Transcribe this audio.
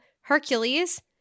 Hercules